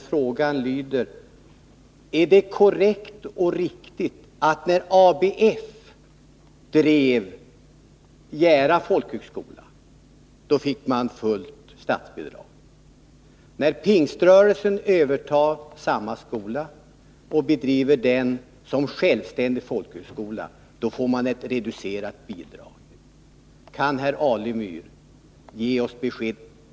Frågan lyder: Är det korrekt och riktigt att när ABF drev Jära folkhögskola utgick fullt statsbidrag, men när Pingströrelsen övertar samma skola och driver den som självständig folkhögskola får man ett reducerat bidrag?